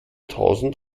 tausend